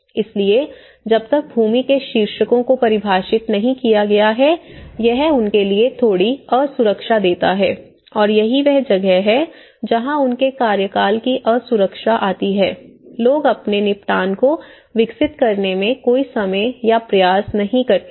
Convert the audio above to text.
इसलिए जब तक भूमि के शीर्षकों को परिभाषित नहीं किया गया है यह उनके लिए थोड़ी असुरक्षा देता है और यही वह जगह है जहां उनके कार्यकाल की असुरक्षा आती है लोग अपने निपटान को विकसित करने में कोई समय या प्रयास नहीं करते हैं